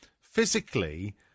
physically